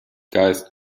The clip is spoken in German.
geist